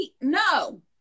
No